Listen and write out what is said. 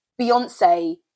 Beyonce